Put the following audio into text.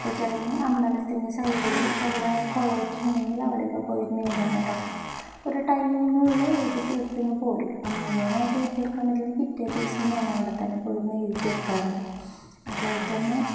ഒറ്റയ്ക്കിറങ്ങി അമ്പലത്തിൻ്റെ സൈഡില് അവിടെ കുളമൊക്കെയുണ്ടെങ്കില് അവിടെയൊക്കെ പോയിരുന്ന് എഴുതാറുണ്ടായിരുന്നു ഒരു ടൈമിനുള്ളില് എഴുതിത്തീർത്തിങ്ങ് പോരും ആ മുഴുവനായിട്ട് എഴുതിത്തീർക്കാൻ പറ്റിയില്ലെങ്കില് പിറ്റേ ദിവസം ഞാൻ അവിടെത്തന്നെ പോയിരുന്ന് എഴുതിത്തീർക്കാറുണ്ട് അതുപോലെ തന്നെ